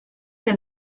que